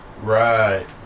Right